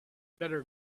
better